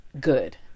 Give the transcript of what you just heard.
Good